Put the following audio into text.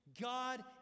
God